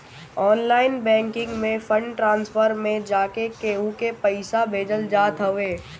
online banking में fund transfer में जाके केहू के पईसा भेजल जात हवे